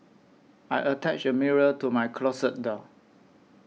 I attached a mirror to my closet door